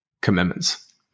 commitments